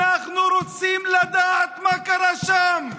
אנחנו רוצים לדעת מה קרה שם.